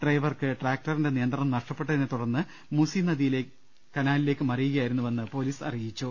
ഡ്രൈവർക്ക് ട്രാക്ടറിന്റെ നിയന്ത്രണം നഷ്ട പ്പെട്ടതിനെ തുടർന്ന് മുസി നദി കനാലിലേക്ക് മറിയുകയായിരുന്നുവെന്ന് പൊലീസ് അറിയിച്ചു